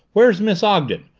where's miss ogden?